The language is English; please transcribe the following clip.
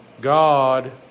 God